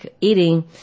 eating